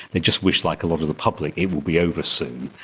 they just wish, like a lot of the public, it will be over soon.